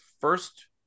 first